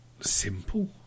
simple